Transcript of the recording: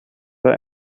bei